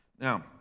Now